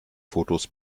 fotos